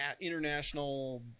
international